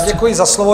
Děkuji za slovo.